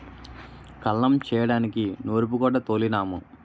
కల్లం చేయడానికి నూరూపుగొడ్డ తోలినాము